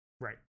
Right